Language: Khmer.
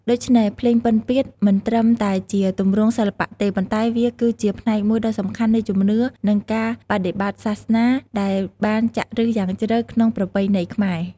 ដូច្នេះ ភ្លេងពិណពាទ្យមិនត្រឹមតែជាទម្រង់សិល្បៈទេ ប៉ុន្តែវាគឺជាផ្នែកមួយដ៏សំខាន់នៃជំនឿ និងការបដិបត្តិសាសនា ដែលបានចាក់ឫសយ៉ាងជ្រៅក្នុងប្រពៃណីខ្មែរ។